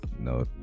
no